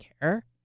care